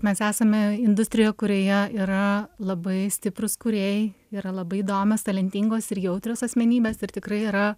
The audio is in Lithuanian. mes esame industrija kurioje yra labai stiprūs kūrėjai yra labai įdomios talentingos ir jautrios asmenybės ir tikrai yra